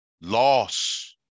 Loss